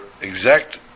exact